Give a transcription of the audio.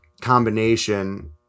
combination